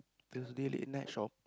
Thursday late night shop